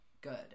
good